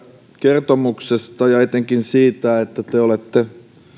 kertomuksesta ja etenkin siitä että te olette